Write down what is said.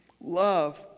Love